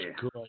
good